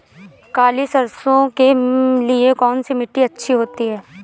काली सरसो के लिए कौन सी मिट्टी अच्छी होती है?